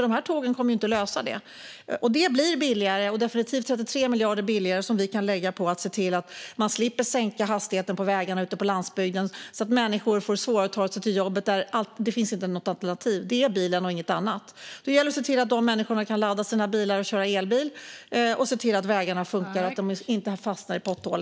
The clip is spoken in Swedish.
Dessa tåg kommer inte att lösa den uppgiften. Detta blir definitivt 33 miljarder billigare, och pengarna kan läggas på att slippa behöva sänka hastigheten på vägar ute på landsbygden, så att människor inte ska få det svårare att ta sig till jobbet där alternativ inte finns - där det är bilen eller inget annat. Det gäller att se till att dessa människor kan ladda sina elbilar och att vägarna inte har potthål.